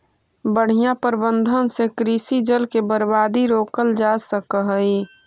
बढ़ियां प्रबंधन से कृषि जल के बर्बादी रोकल जा सकऽ हई